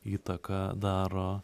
įtaką daro